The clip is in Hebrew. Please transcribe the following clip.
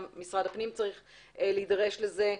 גם משרד הפנים צריך להידרש לזה.